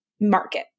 market